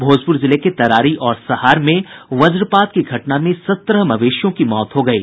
भोजपूर जिले के तरारी और सहार में वज्रपात की घटना में सत्रह मवेशियों की मौत हो गयी